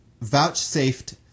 vouchsafed